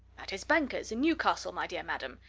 at his bankers' in newcastle, my dear madam!